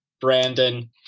Brandon